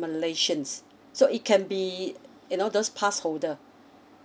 malaysians so it can be you know those pass holder